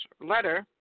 letter